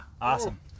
Awesome